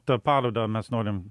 ta paroda mes norim